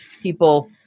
people